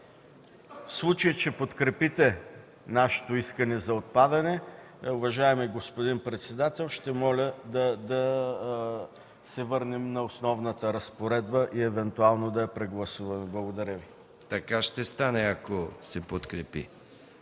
В случай че подкрепите нашето искане за отпадане, уважаеми господин председател, ще моля да се върнем на основната разпоредба и евентуално да я прегласуваме. Благодаря. ПРЕДСЕДАТЕЛ МИХАИЛ МИКОВ: Така ще стане, ако се подкрепи.